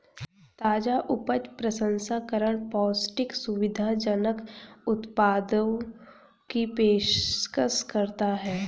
ताजा उपज प्रसंस्करण पौष्टिक, सुविधाजनक उत्पादों की पेशकश करता है